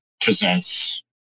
presents